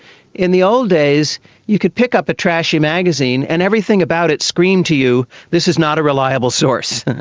in the old days you could pick up a trashy magazine and everything about it screamed to you this is not a reliable source,